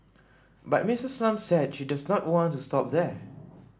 but Missis Lam said she does not want to stop there